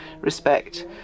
respect